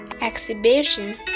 exhibition